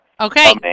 Okay